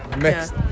Mixed